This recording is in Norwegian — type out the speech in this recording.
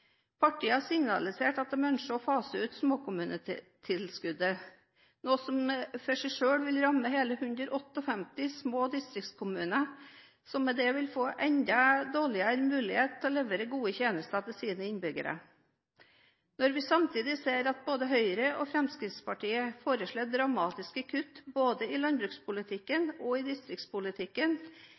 Partiet har signalisert at de ønsker å fase ut småkommunetilskuddet, noe som alene vil ramme hele 158 små distriktskommuner, som med det vil få enda dårligere mulighet til å levere gode tjenester til sine innbyggere. Når vi samtidig ser at både Høyre og Fremskrittspartiet foreslår dramatiske kutt både i landbrukspolitikken og i distriktspolitikken,